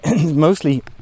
Mostly